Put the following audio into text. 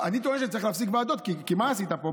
אני טוען שצריך להפסיק ועדות, כי מה עשית פה?